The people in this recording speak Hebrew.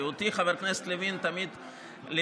כי אותי חבר הכנסת לוין תמיד לימד,